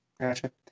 gotcha